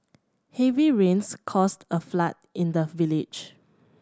heavy rains caused a flood in the village